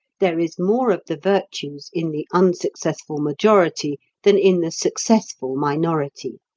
there is more of the virtues in the unsuccessful majority than in the successful minority.